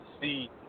see